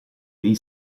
dei